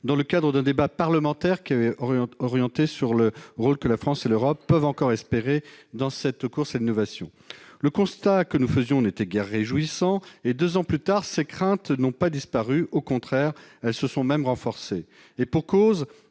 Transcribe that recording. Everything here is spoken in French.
dans le cadre d'un débat parlementaire orienté sur le rôle que la France et l'Europe peuvent encore espérer jouer dans cette course à l'innovation. Le constat que nous faisions n'était guère réjouissant. Deux ans plus tard, ces craintes n'ont pas disparu ; au contraire, elles se sont même renforcées. Et pour cause :